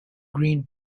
green